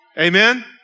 Amen